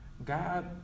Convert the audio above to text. God